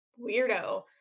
weirdo